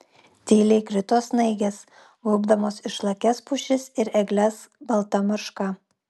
tyliai krito snaigės gaubdamos išlakias pušis ir egles balta marška